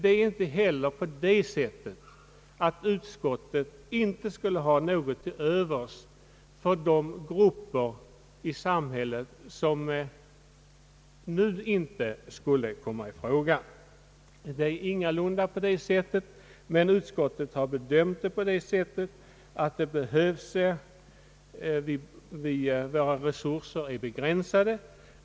Det är inte heller så ait utskottet inte skulle ha någonting till övers för de grupper i samhället som nu inte skulle komma i fråga. Det är ingalunda på det sättet, men utskottet har bedömt saken så, att våra resurser är begränsade.